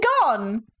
gone